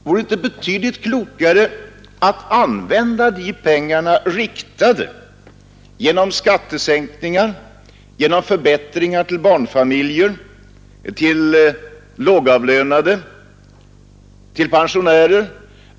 Vore det inte betydligt klokare att ge stödet genom skattesänkningar, genom förbättringar till barnfamiljer, till lågavlönade, till pensionärer?